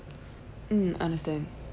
um understand